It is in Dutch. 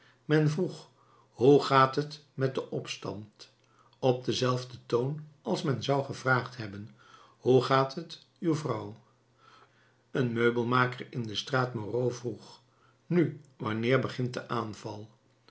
men vroeg hoe gaat het met den opstand op denzelfden toon als men zou gevraagd hebben hoe gaat het uw vrouw een meubelmaker in de straat moreau vroeg nu wanneer begint de aanval